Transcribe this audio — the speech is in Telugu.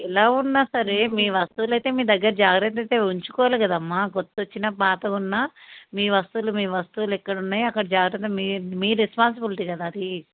ఎలా ఉన్న సరే మీ వస్తువులు అయితే మీ దగ్గర జాగ్రత్తగా అయితే ఉంచుకోవాలి కదమ్మ కొత్తగా వచ్చిన పాతగా ఉన్న మీ వస్తువులు మీ వస్తువులు ఎక్కడ ఉన్నాయో అక్కడ జాగ్రత్తగా మీ మీ రెస్పాన్స్బిలిటీ కదా అది